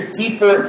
deeper